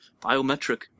biometric